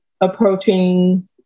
approaching